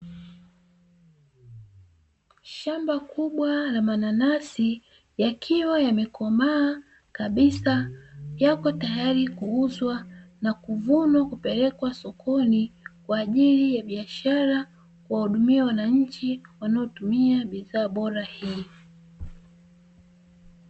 Shamba kubwa la mananasi yakiwa yamekomaa kabisa yako tayari kuuzwa na kuvunwa kupelekwa sokoni kwa ajili ya biashara kuwahudumia wananchi wanaotumia bidhaa bora hiyo.